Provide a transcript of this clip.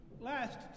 Last